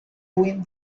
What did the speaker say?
twin